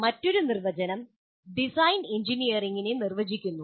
മറ്റൊരു നിർവചനം ഡിസൈൻ എഞ്ചിനീയറിംഗിനെ നിർവചിക്കുന്നു